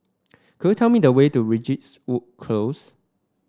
could you tell me the way to Close